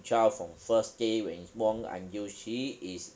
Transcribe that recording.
child from first day when born until she is